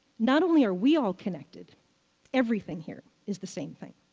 not only are we all connected everything here is the same thing.